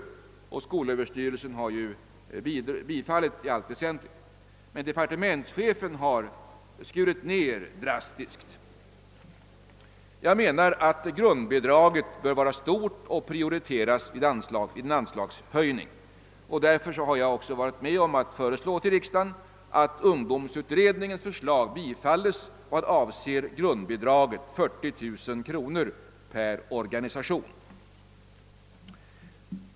Skolöverstyrelsen har ju tillstyrkt förslaget 1 allt väsentligt, men departementschefen har skurit ned drastiskt. Jag menar att grundbidraget bör vara stort och prioriteras vid en anslagshöjning. Därför har jag varit med om att föreslå riksdagen att ungdomsutredningens förslag bifalles i vad avser ett grundbidrag av 40 000 kronor per organisation.